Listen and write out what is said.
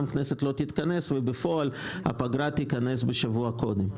הכנסת לא תתכנס ובפועל הפגרה תיכנס שבוע קודם.